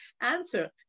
answer